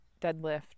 deadlift